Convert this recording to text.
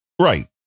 right